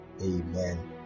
Amen